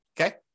okay